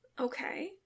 okay